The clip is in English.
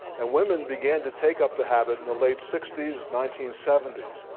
and women began to take up the habit in the late sixty s, nineteen seventy s.